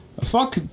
Fuck